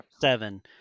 Seven